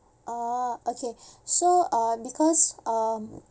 orh okay so uh because um